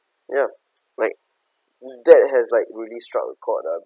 ya like that has like really struck a chord ah